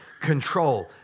control